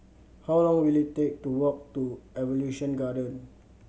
how long will it take to walk to Evolution Garden Walk